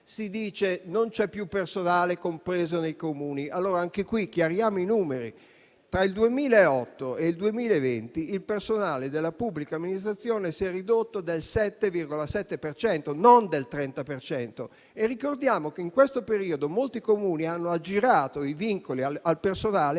Si dice che non c'è più personale compreso nei Comuni. Anche qui, chiariamo i numeri. Tra il 2008 e il 2020 il personale della pubblica amministrazione si è ridotto del 7,7 per cento, non del 30 per cento. Ricordiamo che in questo periodo molti Comuni hanno aggirato i vincoli al personale